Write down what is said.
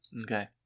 Okay